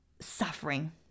suffering